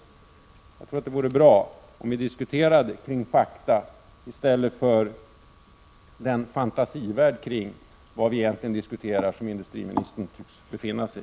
Jag tror att det vore bra om vi diskuterade om fakta i stället för om den fantasivärld i vilken industriministern tycks befinna sig.